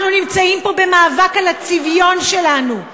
אנחנו נמצאים פה במאבק על הצביון שלנו,